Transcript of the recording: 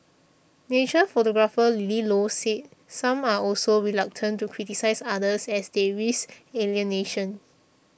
nature photographer Lily Low said some are also reluctant to criticise others as they risk alienation